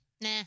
Nah